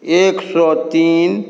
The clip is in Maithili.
एक सए तीन